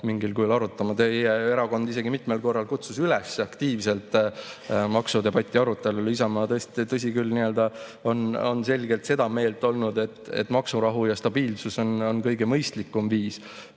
mingil kujul arutama. Teie erakond mitmel korral isegi kutsus üles aktiivselt maksudebati arutelule. Isamaa, tõsi küll, on selgelt seda meelt olnud, et maksurahu ja stabiilsus on kõige mõistlikum viis.